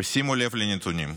ושימו לב לנתונים: